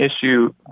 issue